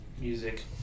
music